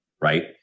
right